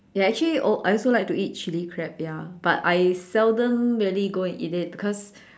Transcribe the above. ya actually oh I also like to eat chilli crab ya but I seldom really go and eat it because